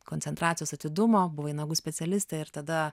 koncentracijos atidumo buvai nagų specialistė ir tada